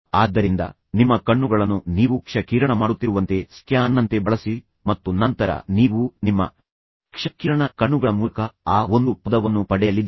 ಆದ್ದರಿಂದ ನಿಮ್ಮ ಕಣ್ಣುಗಳನ್ನು ನೀವು ಕ್ಷ ಕಿರಣ ಮಾಡುತ್ತಿರುವಂತೆ ಸ್ಕ್ಯಾನರ್ನಂತೆ ಬಳಸಿ ಮತ್ತು ನಂತರ ನೀವು ನಿಮ್ಮ ಕ್ಷ ಕಿರಣ ಕಣ್ಣುಗಳ ಮೂಲಕ ಆ ಒಂದು ಪದವನ್ನು ಪಡೆಯಲಿದ್ದೀರಿ